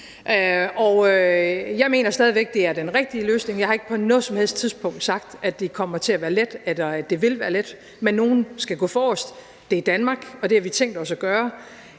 jeg mener stadig væk, at det er den rigtige løsning. Jeg har ikke på noget som helst tidspunkt sagt, at det vil være let, men nogen skal gå forrest. Det er Danmark, og det har vi tænkt os at gøre.